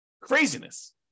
Craziness